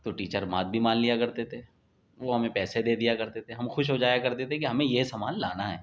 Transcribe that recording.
تو ٹیچر بات بھی مان لیا کرتے تھے وہ ہمیں پیسے دے دیا کرتے تھے ہم خوش ہو جایا کرتے تھے کہ ہمیں یہ سامان لانا ہے